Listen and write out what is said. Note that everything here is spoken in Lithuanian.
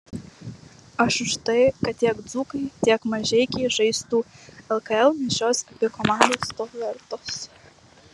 aš už tai kad tiek dzūkai tiek mažeikiai žaistų lkl nes šios abi komandos to vertos